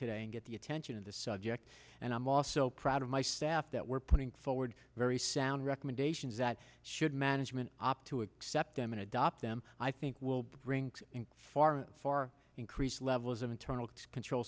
today and get the attention of the subject and i'm also proud of my staff that we're putting forward very sound recommendations that should management opt to accept them and adopt them i think will bring in far far increased levels of internal control